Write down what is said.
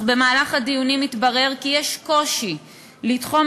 אך במהלך הדיונים התברר כי יש קושי לתחום